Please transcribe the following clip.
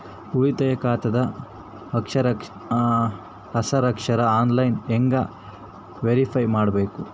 ಉಳಿತಾಯ ಖಾತಾದ ಹಸ್ತಾಕ್ಷರ ಆನ್ಲೈನ್ ಹೆಂಗ್ ವೇರಿಫೈ ಮಾಡಬೇಕು?